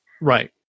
Right